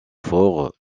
fort